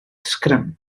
sgrym